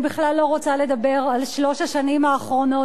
אני בכלל לא רוצה לדבר על שלוש השנים האחרונות